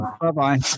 Bye-bye